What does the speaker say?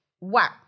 Wow